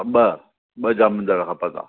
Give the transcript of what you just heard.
ॿ ॿ जामनदार खपंदा